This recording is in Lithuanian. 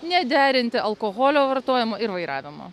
nederinti alkoholio vartojimo ir vairavimo